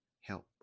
help